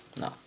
No